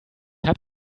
habt